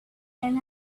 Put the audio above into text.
and